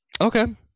Okay